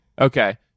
Okay